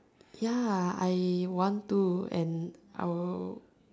ya I want to and I will